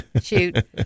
shoot